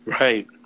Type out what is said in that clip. Right